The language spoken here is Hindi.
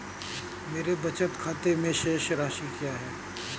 मेरे बचत खाते में शेष राशि क्या है?